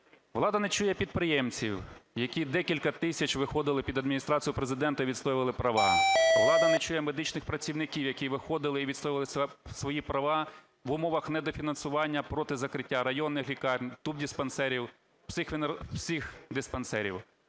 Влада не чує підприємців, які декілька тисяч виходили під Адміністрацію Президента, відстоювали права. Влада не чує медичних працівників, які виходили і відстоювали свої права в умовах недофінансування проти закриття районних лікарень, тубдиспансерів, психдиспансерів.